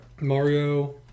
Mario